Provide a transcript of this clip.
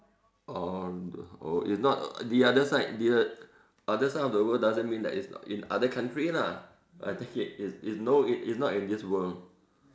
orh oh it's not the other side the other side of the world doesn't mean that is in other country lah I take it is is no it's it's not in this world